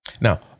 Now